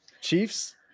Chiefs